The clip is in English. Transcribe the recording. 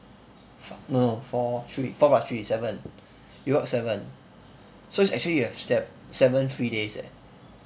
f~ no four three four plus three is seven you got seven so it's actually you have se~ seven free days eh